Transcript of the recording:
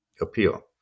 appeal